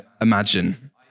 imagine